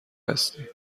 هستی